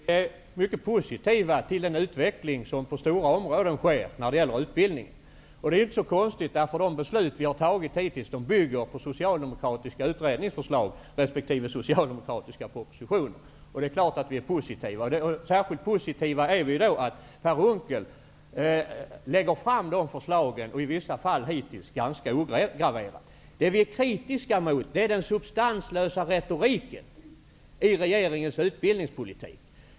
Herr talman! Vi är mycket positiva till den utveckling som äger rum på stora avsnitt av utbildningsområdet. Det är inte heller så konstigt, eftersom de beslut som ni hittills har fattat bygger på socialdemokratiska utredningsförslag resp. socialdemokratiska propositioner. Särskilt positiva är vi till att Per Unckel lägger fram de förslagen, i vissa fall ganska ograverade. Det som vi är kritiska mot är den substanslösa retoriken i regeringens utbildningspolitik.